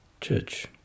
Church